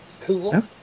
Cool